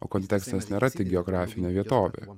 o kontekstas nėra tik geografinė vietovė